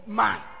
man